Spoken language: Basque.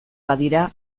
badira